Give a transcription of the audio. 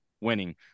winning